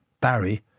Barry